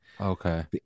Okay